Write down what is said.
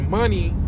money